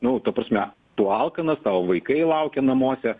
nu ta prasme tu alkanas tavo vaikai laukia namuose